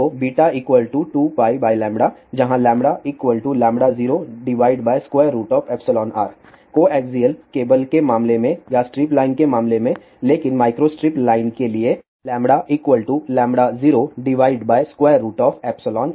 तो 2π जहां 0r coaxial cable के मामले में या स्ट्रिप लाइन के मामले में लेकिन माइक्रोस्ट्रिप लाइन के लिए λ0e